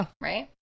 right